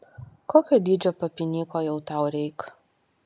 kokio dydžio papinyko jau tau reik